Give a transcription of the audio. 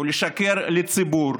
ולשקר לציבור